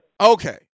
Okay